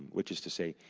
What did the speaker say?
um which is to say,